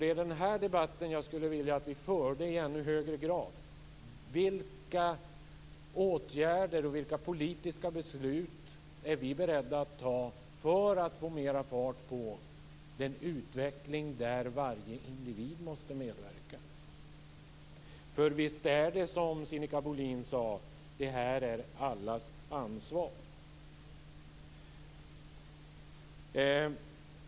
Det är den debatten jag skulle vilja att vi förde i ännu högre grad. Vilka åtgärder och vilka politiska beslut är vi beredda att ta för att få mer fart på den utveckling där varje individ måste medverka? För visst är det som Sinikka Bohlin sade: Det här är allas ansvar.